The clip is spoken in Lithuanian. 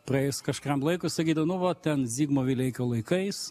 praėjus kažkuriam laikui sakytų nu va ten zigmo vileikio laikais